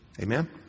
Amen